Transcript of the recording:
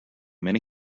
many